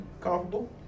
Comfortable